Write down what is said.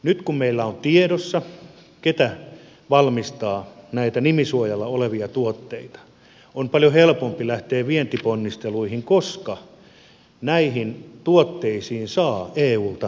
nyt kun meillä on tiedossa kuka valmistaa näitä nimisuojalla olevia tuotteita on paljon helpompi lähteä vientiponnisteluihin koska näihin tuotteisiin saa eulta markkinointirahaa